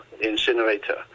incinerator